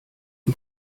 dem